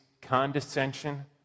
condescension